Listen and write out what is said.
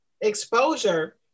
exposure